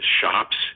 shops